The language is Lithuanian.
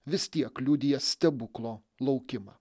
vis tiek liudija stebuklo laukimą